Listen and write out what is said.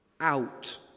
out